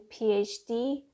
PhD